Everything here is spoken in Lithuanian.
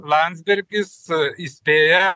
landsbergis įspėja